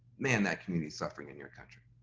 man, that community's suffering in your country.